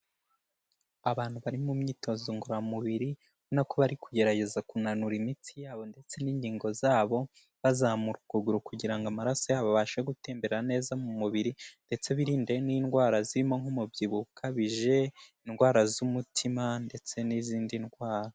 Abantu bari mu myitozo ngororamubiri nako bari kugerageza kunanura imitsi yabo ndetse n'inkingo zabo, bazamura ukuguru kugira ngo amaraso yabo abashe gutembera neza mu mubiri ndetse biririnde n'indwara zirimo nk'umubyibuho ukabije, indwara z'umutima ndetse n'izindi ndwara.